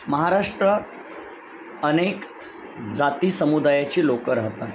महाराष्ट्र अनेक जाती समुदायाची लोकं राहतात